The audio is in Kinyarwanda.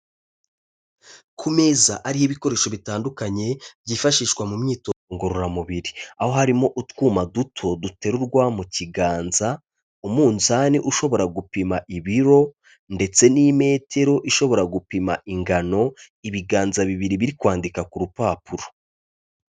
Ku meza ariho ibikoresho bitandukanye byifashishwa mu myitozo ngororamubiri. Aho harimo utwuma duto duterurwa mu kiganza. Umunzani ushobora gupima ibiro, ndetse n'imetero ishobora gupima ingano, ibiganza bibiri birikwandika ku rupapuro.